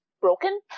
broken